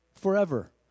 forever